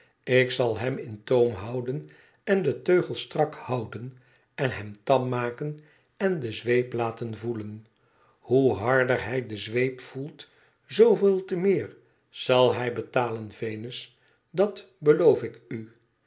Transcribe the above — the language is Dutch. ik zal hem in toom houden en den teugel strak houden en hem tam maken en de zweep laten voelen hoe harder hij de zweep voelt zooveel te meer zal hij betalen venus dat beloof ik u